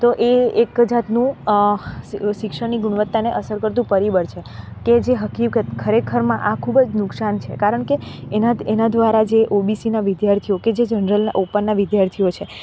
તો એ એક જાતનું સિ શિક્ષણની ગુણવતાને અસર કરતું પરિબળ છે કે જે હકીકત ખરેખરમાં આ ખૂબ જ નુકસાન છે કારણ કે એના દ્વારા જે ઓબીસીના વિદ્યાર્થીઓ કે જે જનરલના ઓપનના વિદ્યાર્થીઓ છે